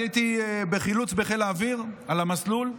אני הייתי בחילוץ בחיל האוויר על המסלול,